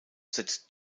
setzt